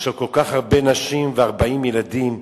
יש לו כל כך הרבה נשים ו-40 ילדים.